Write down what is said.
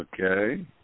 Okay